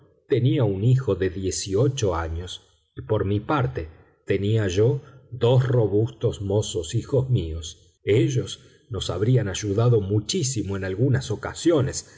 tenía un hijo de dieciocho años y por mi parte tenía yo dos robustos mozos hijos míos ellos nos habrían ayudado muchísimo en algunas ocasiones